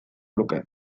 luke